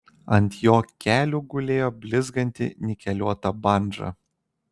ant jo kelių gulėjo blizganti nikeliuota bandža